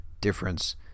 difference